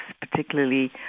particularly